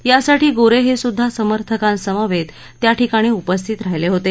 यासाठी गोरे हे सुध्दा समर्थकांसमवेत त्याठिकाणी उपस्थित राहिले होते